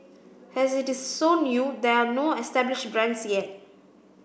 as it is so new there are no established brands yet